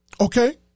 Okay